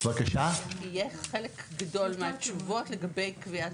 יהיו חלק גדול מהתשובות לגבי קביעת